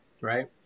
Right